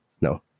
No